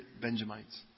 Benjamites